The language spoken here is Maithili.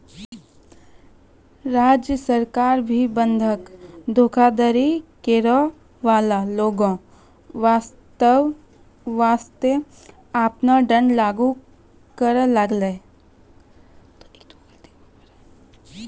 राज्य सरकार भी बंधक धोखाधड़ी करै बाला लोगो बासतें आपनो दंड लागू करै लागलै